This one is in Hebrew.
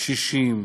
קשישים,